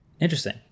Interesting